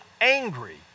angry